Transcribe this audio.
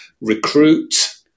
recruit